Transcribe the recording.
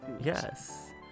Yes